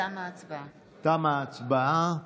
תמה ההצבעה.